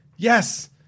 Yes